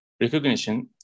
recognition